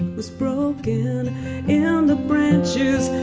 was broken in and the branches,